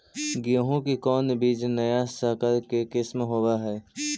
गेहू की कोन बीज नया सकर के किस्म होब हय?